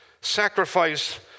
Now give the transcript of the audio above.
Sacrifice